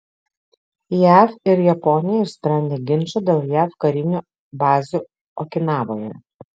jav ir japonija išsprendė ginčą dėl jav karinių bazių okinavoje